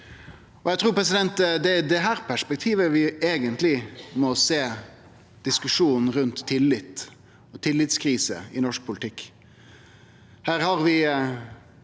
Eg trur det er i dette perspektivet vi eigentleg må sjå diskusjonen rundt tillit og tillitskrise i norsk politikk.